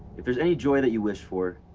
if there's any joy that you wish for,